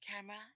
camera